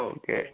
okay